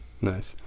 nice